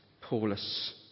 Paulus